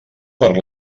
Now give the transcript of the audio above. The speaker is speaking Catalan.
per